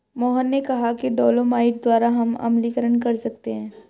मोहन ने कहा कि डोलोमाइट द्वारा हम अम्लीकरण कर सकते हैं